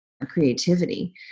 creativity